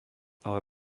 ale